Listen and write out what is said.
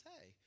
hey